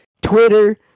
Twitter